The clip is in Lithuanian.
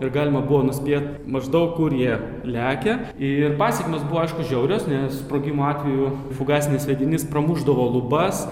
ir galima buvo nuspėt maždaug kur jie lekia ir pasekmės buvo aišku žiaurios nes sprogimo atveju fugasinės sviedinys pramušdavo lubas